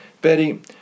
Betty